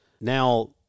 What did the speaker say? Now